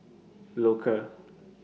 Loacker